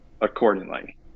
accordingly